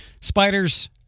Spiders